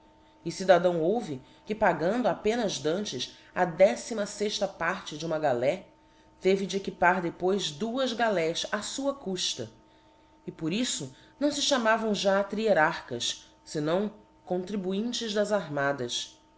e cidadão houve que pagando apenas dantes a decima fexta parte de uma galé teve de equipar depois duas galés á fua cuíla e por iíto não fe chamavam já tríerarchas fenão contribuintes das armadas